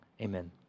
Amen